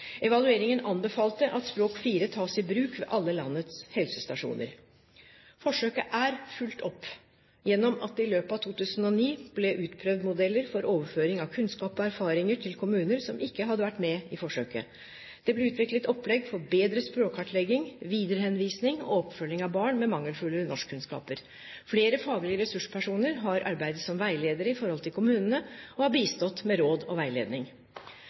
Evalueringen anbefalte at Språk 4 tas i bruk ved alle landets helsestasjoner. Forsøket er fulgt opp gjennom at det i løpet av 2009 ble utprøvd modeller for overføring av kunnskap og erfaringer til kommuner som ikke hadde vært med i forsøket. Det ble utviklet opplegg for bedre språkkartlegging, viderehenvisning og oppfølging av barn med mangelfulle norskkunnskaper. Flere faglige ressurspersoner har arbeidet som veiledere i forhold til kommunene, og har bistått med råd og veiledning.